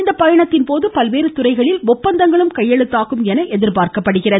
இப்பயணத்தின் போது பல்வேறு துறைகளில் ஒப்பந்தங்களும் கையெழுத்தாகும் என எதிர்பார்க்கப்படுகிறது